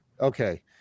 Okay